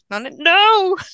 No